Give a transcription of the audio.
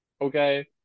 okay